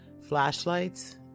flashlights